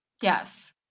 Yes